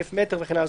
אלף מטר וכן הלאה.